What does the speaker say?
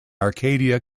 arcadia